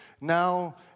Now